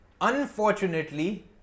Unfortunately